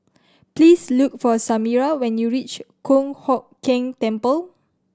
please look for Samira when you reach Kong Hock Keng Temple